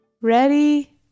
Ready